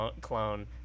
clone